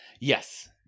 Yes